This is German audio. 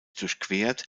durchquert